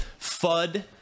FUD